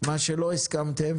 את מה שלא הסכמתם